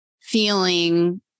feeling